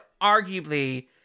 arguably